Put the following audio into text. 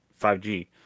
5G